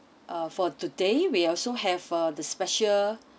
uh for today we also have uh the special